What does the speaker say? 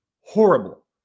horrible